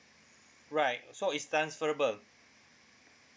right so it's transferrable